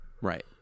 right